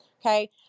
okay